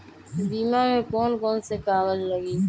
बीमा में कौन कौन से कागज लगी?